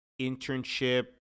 internship